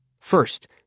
First